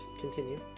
Continue